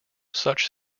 such